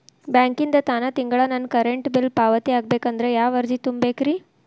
ಬ್ಯಾಂಕಿಂದ ತಾನ ತಿಂಗಳಾ ನನ್ನ ಕರೆಂಟ್ ಬಿಲ್ ಪಾವತಿ ಆಗ್ಬೇಕಂದ್ರ ಯಾವ ಅರ್ಜಿ ತುಂಬೇಕ್ರಿ?